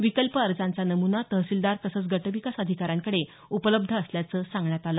विकल्प अर्जांचा नमुना तहसीलदार तसंच गटविकास अधिकाऱ्यांकडे उपलब्ध असल्याचं सांगण्यात आलं